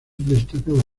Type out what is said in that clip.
destacada